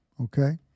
Okay